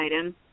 item